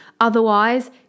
Otherwise